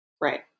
Right